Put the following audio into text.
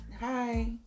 Hi